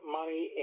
money